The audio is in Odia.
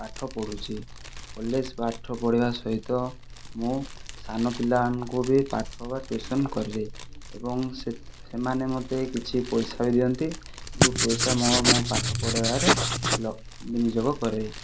ପାଠ ପଢ଼ୁଛି କଲେଜ ପାଠ ପଢ଼ିବା ସହିତ ମୁଁ ସାନ ପିଲାମାନଙ୍କୁ ବି ପାଠ ବା ଟିଉସନ୍ କଲି ଏବଂ ସେ ସେମାନେ ମୋତେ କିଛି ପଇସା ବି ଦିଅନ୍ତି ଯେଉଁ ପଇସା ମୋ ମୋ ପାଠ ପଢ଼ିବାରେ ଲ ବିନିଯୋଗ କରେ